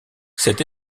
cette